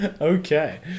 Okay